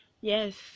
yes